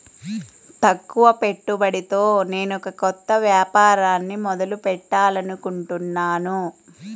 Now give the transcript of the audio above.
తక్కువ పెట్టుబడితో నేనొక కొత్త వ్యాపారాన్ని మొదలు పెట్టాలనుకుంటున్నాను